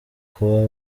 kuba